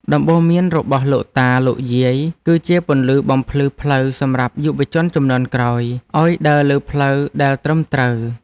ដំបូន្មានរបស់លោកតា លោកយាយ គឺជាពន្លឺបំភ្លឺផ្លូវសម្រាប់យុវជនជំនាន់ក្រោយឱ្យដើរលើផ្លូវដែលត្រឹមត្រូវ។